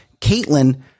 Caitlin